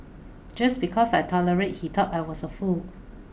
just because I tolerated he thought I was a fool